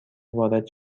وارد